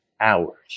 hours